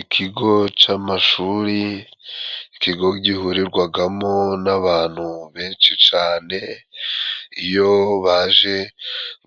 Ikigo c’amashuri, ikigo gihurirwagamo n’abantu benshi cane iyo baje